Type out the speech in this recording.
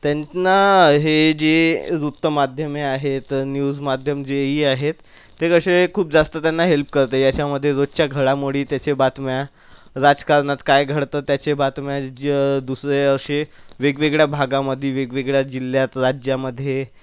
त्यांना हे जे वृत्तमाध्यमे आहेत न्यूज माध्यम जेही आहेत ते कसे खूप जास्त त्यांना हेल्प करते याच्यामध्ये रोजच्या घडामोडी त्याच्या बातम्या राजकारणात काय घडतं त्याच्या बातम्या ज दुसरे असे वेगवेगळ्या भागामध्ये वेगवेगळ्या जिल्ह्यात राज्यामध्ये